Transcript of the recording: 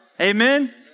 Amen